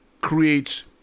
creates